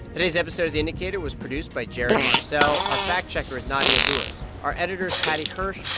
today's episode of the indicator was produced by jared marcelle. our fact-checker is nadia lewis. our editor's paddy hirsch.